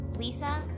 lisa